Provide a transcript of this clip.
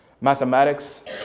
mathematics